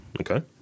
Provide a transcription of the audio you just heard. Okay